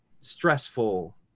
stressful